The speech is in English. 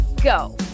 go